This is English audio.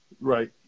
Right